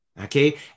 Okay